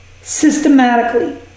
systematically